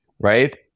right